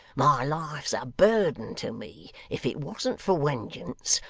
my life's a burden to me. if it wasn't for wengeance,